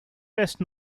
best